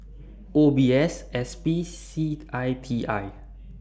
O B S S P C I T I